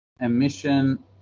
emission